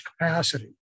capacity